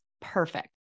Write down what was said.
perfect